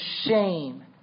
shame